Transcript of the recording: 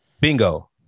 Bingo